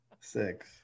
Six